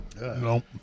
No